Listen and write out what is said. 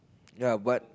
ya what